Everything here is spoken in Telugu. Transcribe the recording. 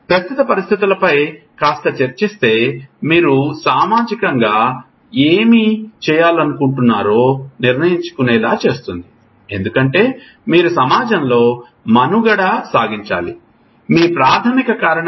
ప్రస్తుత పరిస్థితులపై కాస్త చర్చిస్తే మీరు సామాజికంగా ఏమి చేయాలనుకుంటున్నారో నిర్ణయించుకునేలా చేస్తుంది ఎందుకంటే మీరు సమాజంలో మనుగడ సాగించాలి మీ ప్రాథమిక కారణంగా